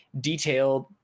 detailed